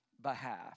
behalf